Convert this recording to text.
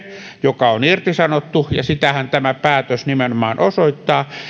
joka on irtisanottu ja sitähän tämä päätös nimenomaan osoittaa